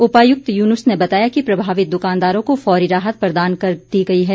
उपायुक्त युनुस ने बताया कि प्रभावित दुकानदारों को फौरी राहत प्रदान कर दी गई है